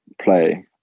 play